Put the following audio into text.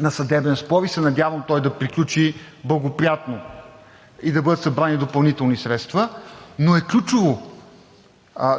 на съдебен спор и се надявам той да приключи благоприятно и да бъдат събрани допълнителни средства, но е ключово